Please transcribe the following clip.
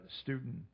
student